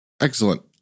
Excellent